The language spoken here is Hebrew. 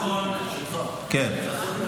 נכון.